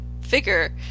figure